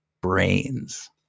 brains